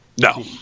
No